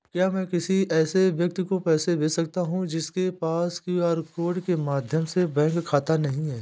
क्या मैं किसी ऐसे व्यक्ति को पैसे भेज सकता हूँ जिसके पास क्यू.आर कोड के माध्यम से बैंक खाता नहीं है?